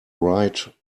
right